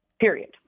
period